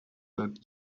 that